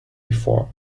before